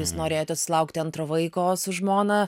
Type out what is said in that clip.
jūs norėjote susilaukti antro vaiko su žmona